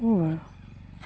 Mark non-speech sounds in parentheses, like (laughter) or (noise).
(unintelligible)